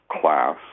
class